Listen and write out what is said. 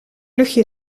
luchtje